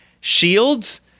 shields